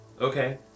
Okay